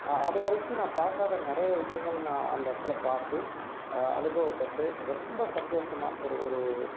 அது வரைக்கும் நான் பார்க்காத நிறைய விஷயங்கள் நான் அந்த இடத்துல பார்த்து அனுபவப்பட்டு ரொம்ப சந்தோஷமாக ஒரு ஒரு